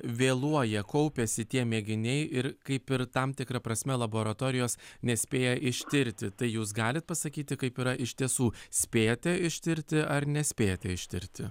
vėluoja kaupiasi tie mėginiai ir kaip ir tam tikra prasme laboratorijos nespėja ištirti tai jūs galit pasakyti kaip yra iš tiesų spėjate ištirti ar nespėjate ištirti